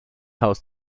haus